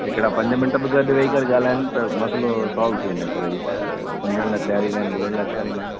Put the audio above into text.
हिकिड़ा पंज मि बि गॾु वेही करे ॻाल्हायन त मसाइलो सॉल्व थी वञे पर हीअ त सम्झण लाइ तयार ई न आहिनि ॿुधण लाइ तयार ई न आहिनि